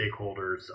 stakeholders